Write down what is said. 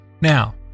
Now